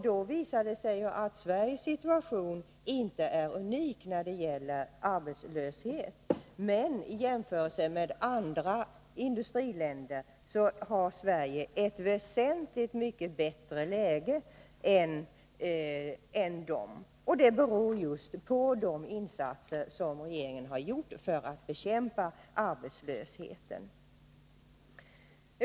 Det visar sig att Sveriges situation inte är unik när det gäller arbetslösheten. I jämförelse med andra industriländer har Sverige emellertid ett väsentligt mycket bättre läge. Och det beror just på de insatser som regeringen har gjort för att bekämpa arbetslösheten.